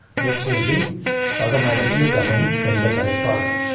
this will be automatically coming in the correct order.